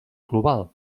global